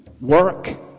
work